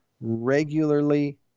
regularly